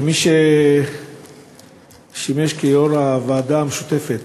כמי ששימש כיו"ר הוועדה המשותפת